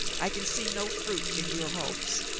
i can see no fruit in your hopes.